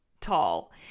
tall